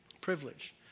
Privilege